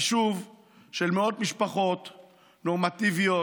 זה יישוב של מאות משפחות נורמטיביות,